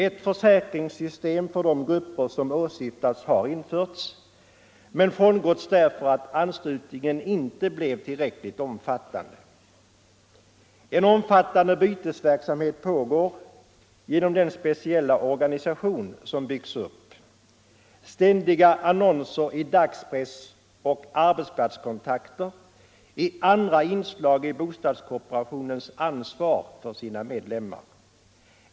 Ett försäkringssystem för de åsyftade grupperna har införts men frångåtts därför att anslutningen inte blivit tillräcklig. En omfattande bytesverksamhet pågår genom den speciella organisation som byggts upp. Ständiga annonser i dagspress och kontakter på arbetsplatserna är andra inslag i bostadskooperationens ansvar för sina medlemmar.